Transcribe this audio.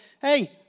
hey